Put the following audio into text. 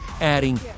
adding